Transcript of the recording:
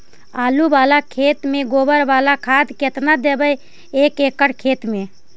आलु बाला खेत मे गोबर बाला खाद केतना देबै एक एकड़ खेत में?